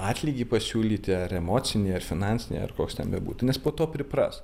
atlygį pasiūlyti ar emocinį ar finansinį ar koks ten bebūtų nes po to pripras